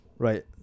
Right